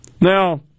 Now